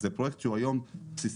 זה פרויקט שהוא בסיסי,